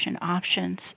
options